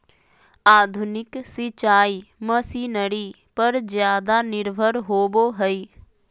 आधुनिक सिंचाई मशीनरी पर ज्यादा निर्भर होबो हइ